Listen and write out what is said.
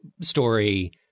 story –